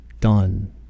done